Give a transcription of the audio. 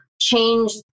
change